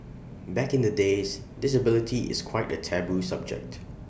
back in the days disability is quite A taboo subject